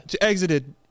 Exited